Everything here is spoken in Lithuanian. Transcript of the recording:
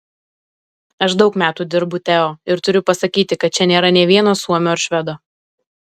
aš daug metų dirbu teo ir turiu pasakyti kad čia nėra nė vieno suomio ar švedo